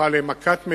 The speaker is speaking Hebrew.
שהפכה למכת מדינה,